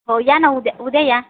हो या ना उद्या उद्या या